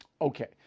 Okay